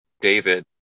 David